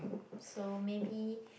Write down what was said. so maybe